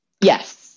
Yes